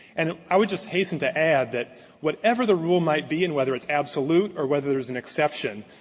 and i would just hasten to add that whatever the rule might be and whether it's absolute or whether there's an exception,